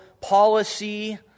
policy